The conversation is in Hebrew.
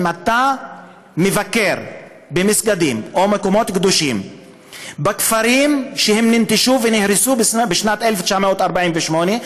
אם אתה מבקר במסגדים או במקומות קדושים בכפרים שננטשו ונהרסו בשנת 1948,